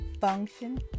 Function